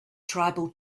tribal